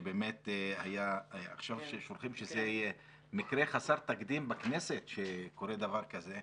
שבאמת היה עכשיו מקרה חסר תקדים בכנסת שקורה דבר כזה.